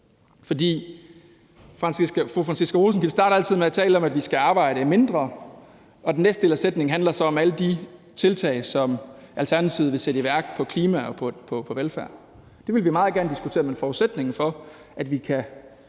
fru Franciska Rosenkilde starter altid med at tale om, at vi skal arbejde mindre, og den næste del af sætningen handler så om alle de tiltag, som Alternativet vil sætte i værk på klimaområdet og på velfærdsområdet. Det vil vi meget gerne diskutere, men forudsætningen for, at vi kan